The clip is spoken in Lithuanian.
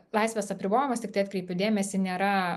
laisvės apribojimas tiktai atkreipiu dėmesį nėra